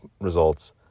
results